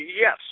Yes